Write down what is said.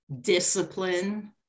Discipline